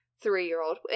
three-year-old